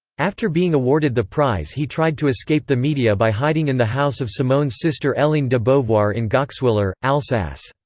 after being awarded the prize he tried to escape the media by hiding in the house of simone's sister helene de beauvoir in goxwiller, alsace.